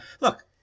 Look